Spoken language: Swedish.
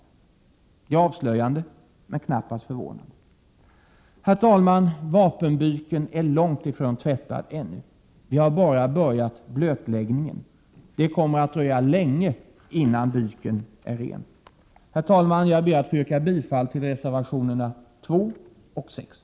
Det är avslöjande, men knappast förvånande. Herr talman! Vapenbyken är långt ifrån tvättad ännu. Vi har bara börjat blötläggningen. Det kommer att dröja länge innan byken är ren. Herr talman! Jag ber att få yrka bifall till reservationerna 3, 7 och 9.